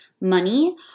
money